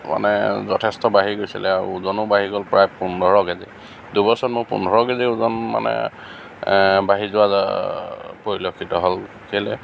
মানে যথেষ্ট বাঢ়ি গৈছিলে আৰু ওজনো বাঢ়ি গ'ল প্ৰায় পোন্ধৰ কেজি দুবছৰত মোৰ পোন্ধৰ কেজি ওজন মানে বাঢ়ি যোৱা পৰিলক্ষিত হ'ল কেলৈ